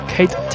Kate